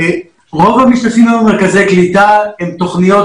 רוב המשתתפים היום במרכזי קליטה הם תוכניות